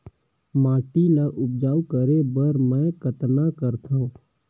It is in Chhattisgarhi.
माटी ल उपजाऊ करे बर मै कतना करथव?